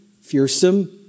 fearsome